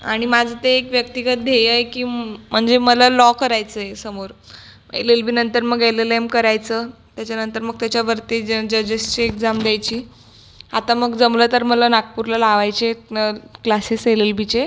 आणि माझं ते एक व्यक्तिगत ध्येय आहे की म्हणजे मला लॉ करायचं आहे समोर एल एल बीनंतर मग एल एल एम करायचं त्याच्यानंतर मग त्याच्यावरती जन् जजेसची एक्झाम द्यायची आता मग जमलं तर मला नागपूरला लावायचे आहेत क्लासेस एल एल बीचे